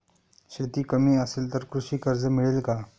शेती कमी असेल तर कृषी कर्ज मिळेल का?